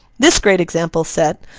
this great example set,